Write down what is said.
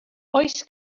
oes